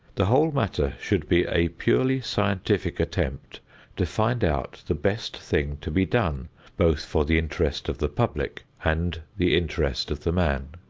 the whole matter should be a purely scientific attempt to find out the best thing to be done both for the interest of the public and the interest of the man.